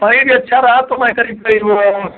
पनीर भी अच्छा रहा तो मैं करीब करीब लूँगा